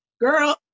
girl